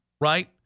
Right